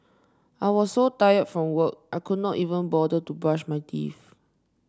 I was so tired from work I could not even bother to brush my teeth